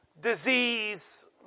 disease